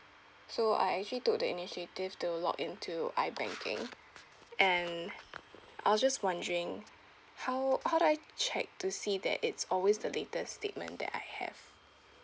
so I actually took the initiative to log in to I banking and I was just wondering how how do I check to see that it's always the latest statement that I have